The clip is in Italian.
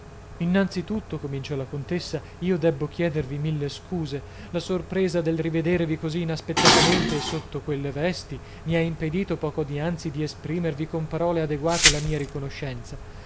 tutto cominciò la contessa io debbo chiedervi mille scuse la sorpresa del rivedervi così inaspettatamente e sotto quelle vesti mi ha impedito poco dianzi di esprimervi con parole adeguate la mia riconoscenza